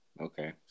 Okay